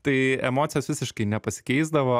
tai emocijos visiškai nepasikeisdavo